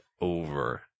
over